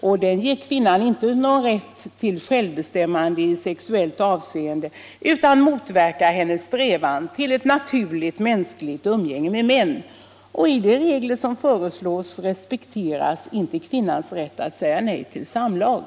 Den ger inte kvinnan någon rätt till självbestämmande i sexuciht avseende utan motverkar hennes strävan till ett naturligt mänskligt umgänge med män. I de regler som föreslås respekteras inte kvinnans rätt att säga nej till samlag.